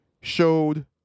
showed